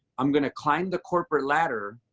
i'm going to climb the corporate ladder,